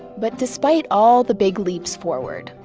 but despite all the big leaps forward,